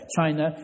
China